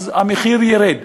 ואז המחיר ירד,